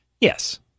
Yes